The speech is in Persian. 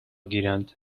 گیرند